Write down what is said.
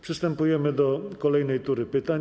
Przystępujemy do kolejnej tury pytań.